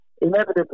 Inevitably